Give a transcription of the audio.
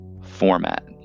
format